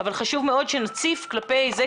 אבל חשוב מאוד שנציף זה כלפי זה,